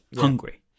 Hungry